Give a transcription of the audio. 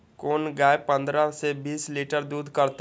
कोन गाय पंद्रह से बीस लीटर दूध करते?